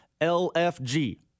LFG